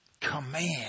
command